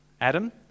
Adam